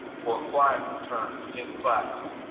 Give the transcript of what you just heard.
for quiet return to his class,